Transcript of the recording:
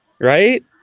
right